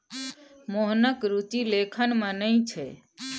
मोहनक रुचि लेखन मे नहि छै